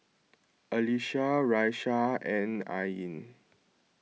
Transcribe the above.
Alyssa Raisya and Ain